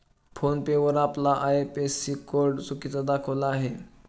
phone पे वर आपला IFSC code चुकीचा दाखविला आहे